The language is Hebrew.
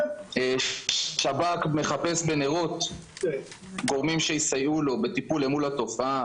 שב"כ מחפש בנרות גורמים שיסייעו לו בטיפול אל מול התופעה,